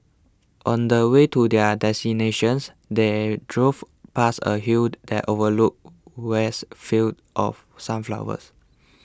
on the way to their destinations they drove past a hill that overlooked vast fields of sunflowers